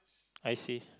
I see